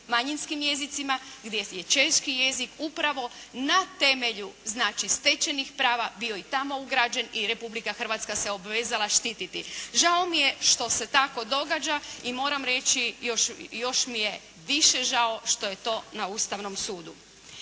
manjinskim jezicima gdje je češki jezik upravo na temelju znači stečenih prava bio i tamo ugrađen i Republika Hrvatska se obvezala štiti. Žao mi je što se tako događa i moram reći i još mi je više žao što je to na Ustavnom sudu.